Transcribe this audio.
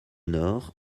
nord